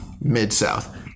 Mid-South